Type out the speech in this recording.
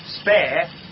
spare